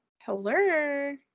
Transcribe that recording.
Hello